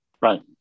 Right